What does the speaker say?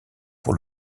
pour